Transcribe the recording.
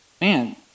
man